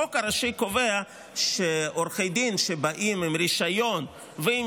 החוק הראשי קובע שעורכי דין שבאים עם רישיון ועם